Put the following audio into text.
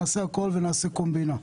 נעשה הכול ונעשה קומבינה.